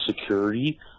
security